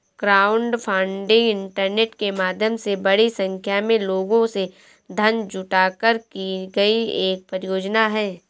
crowdfunding internet के माध्यम से बड़ी संख्या में लोगों से धन जुटाकर की गई एक परियोजना है